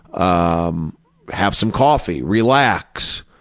um have some coffee, relax,